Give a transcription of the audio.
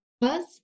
buzz